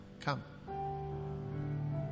come